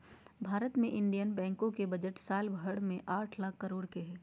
भारत मे इन्डियन बैंको के बजट साल भर मे आठ लाख करोड के हय